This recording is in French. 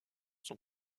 sont